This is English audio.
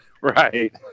Right